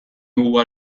huwa